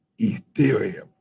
Ethereum